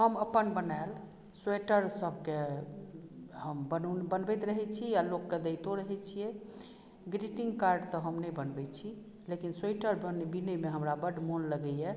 हम अपन बनाएल स्वेटरसभके हम बनो बनबैत रहैत छी आ लोककेँ दैतो रहैत छियै ग्रीटिंग कार्ड तऽ हम नहि बनबै छी लेकिन स्वेटर बन बीनयमे हमरा बड्ड मोन लगैए